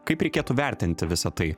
kaip reikėtų vertinti visa tai